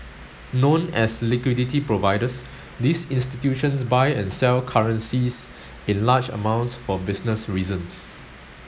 known as liquidity providers these institutions buy and sell currencies in large amounts for business reasons